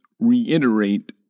Reiterate